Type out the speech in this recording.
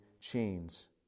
chains